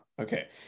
okay